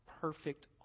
perfect